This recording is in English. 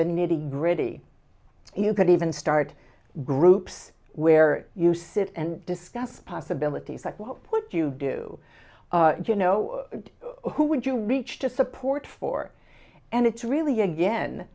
the nitty gritty you could even start groups where you sit and discuss possibilities like what point do you do you know who would you reach to support for and it's really again